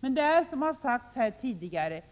Men det är så, som det har sagts här tidigare,